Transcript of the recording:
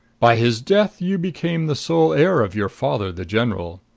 by his death you became the sole heir of your father, the general.